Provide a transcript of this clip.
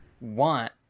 want